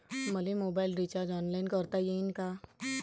मले mobile recharge online करता येईन का?